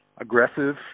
aggressive